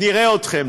נראה אתכם.